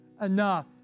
Enough